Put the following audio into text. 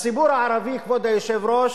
בואו נתקוף את הביורוקרטיה.